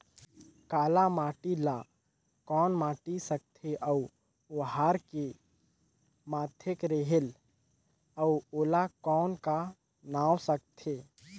काला माटी ला कौन माटी सकथे अउ ओहार के माधेक रेहेल अउ ओला कौन का नाव सकथे?